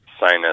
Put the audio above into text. sinus